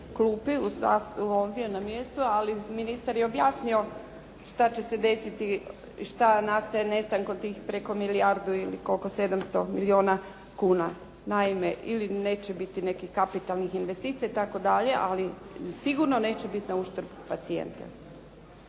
klupi, ovdje na mjestu, ali ministar je objasnio što će se desiti, što nastaje nestankom tih preko milijardu i koliko, 700 milijuna kuna. Naime, ili neće biti nekih kapitalnih investicija i tako dalje, ali sigurno neće biti na uštrb pacijenta.